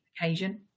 occasion